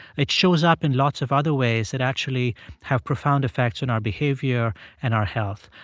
it shows up in lots of other ways that actually have profound effects on our behavior and our health.